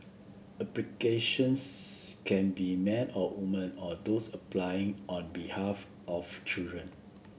applicantions can be men or women or those applying on behalf of children